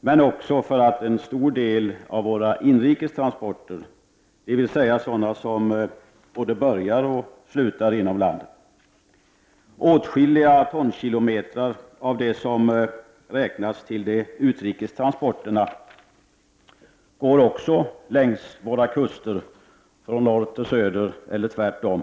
Den är likaså av stor vikt för en stor del av våra inrikes transporter, dvs. sådana som både börjar och slutar inom landet. Åtskilliga tonkilometrar av det som räknas till de utrikes transporterna går också längs våra kuster, från norr till söder eller tvärtom.